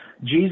Jesus